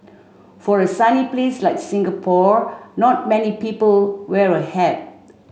for a sunny place like Singapore not many people wear a hat